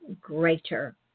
greater